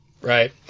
Right